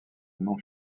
non